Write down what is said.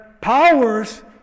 powers